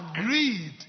agreed